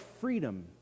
freedom